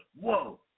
whoa